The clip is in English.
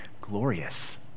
glorious